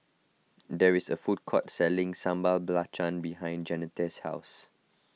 there is a food court selling Sambal Belacan behind Jeanetta's house